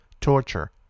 torture